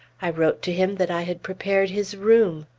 i wrote to him that i had prepared his room.